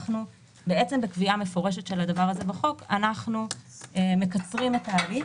על ידי קביעה מפורשת של הדבר הזה בחוק אנחנו מקצרים את ההליך